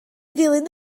ddilyn